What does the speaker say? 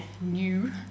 new